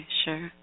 sure